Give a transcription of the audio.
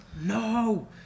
No